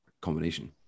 combination